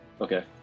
Okay